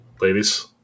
Ladies